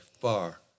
far